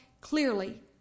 clearly